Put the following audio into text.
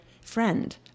friend